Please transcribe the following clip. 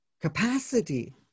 capacity